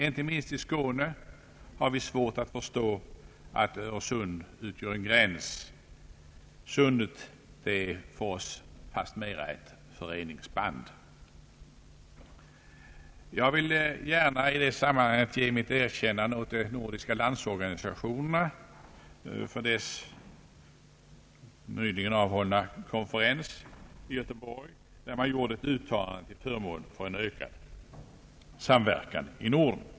Inte minst i Skåne har vi svårt att förstå att Öresund utgör en gräns — Sundet är för oss fastmera ett föreningsband. Jag vill gärna i detta sammanhang ge mitt erkännande åt de nordiska landsorganisationerna för att de nyligen vid sin konferens i Göteborg gjorde ett uttalande till förmån för ökad samverkan i Norden.